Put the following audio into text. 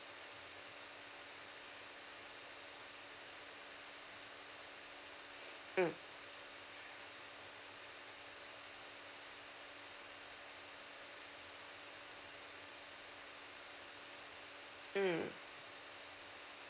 mm mm